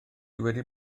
wedi